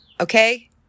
Okay